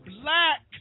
black